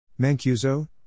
Mancuso